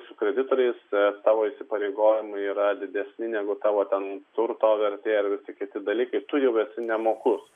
su kreditoriais tavo įsipareigojimai yra didesni negu tavo ten turto vertė ir visi kiti dalykai tu jau esi nemokus